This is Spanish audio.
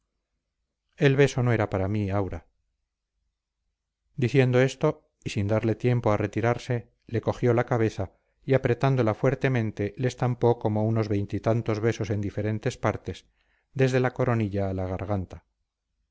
el beso no era para mí aura diciendo esto y sin darle tiempo a retirarse le cogió la cabeza y apretándola fuertemente le estampó como unos veintitantos besos en diferentes partes desde la coronilla a la garganta